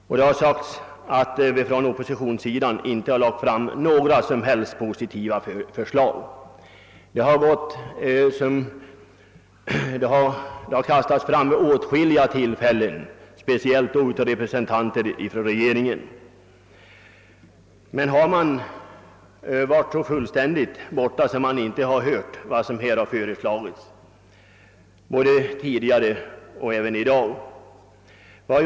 Det har därvid sagts att oppositionen inte lagt fram några som helst positiva förslag — detta påstående har framkastats vid åtskilliga tillfällen, speciellt från regeringens representanter. Men har man varit så fullkomligt frånvarande att man inte hört vad som föreslagits såväl tidigare som i dag?